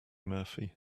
murphy